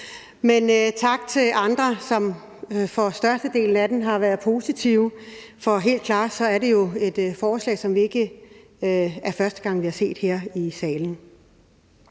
Men tak til andre, som for størstedelens vedkommende har været positive. Det er jo et forslag, som det ikke er første gang vi har set her i salen.